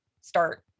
start